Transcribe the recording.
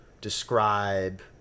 describe